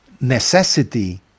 necessity